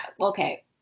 okay